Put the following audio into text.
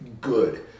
good